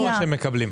לא מה שהם מקבלים.